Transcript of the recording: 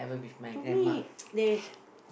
for me there's